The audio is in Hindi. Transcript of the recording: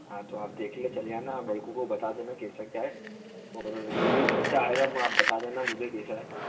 हाँ तो आप देखने चले आना लड़कों को बता देना कैसा क्या है और जो भी खर्चा आएगा हम आप बता देना मुझे कैसा है